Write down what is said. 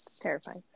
Terrifying